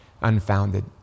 unfounded